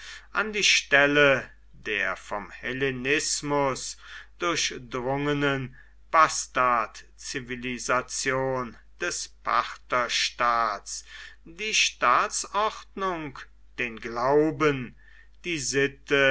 an die stelle der vom hellenismus durchdrungenen bastardzivilisation des partherstaats die staatsordnung den glauben die sitte